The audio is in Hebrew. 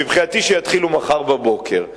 מבחינתי, שיתחילו מחר בבוקר.